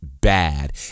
bad